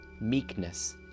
meekness